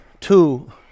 two